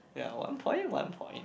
ya one point one point